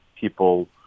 people